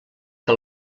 que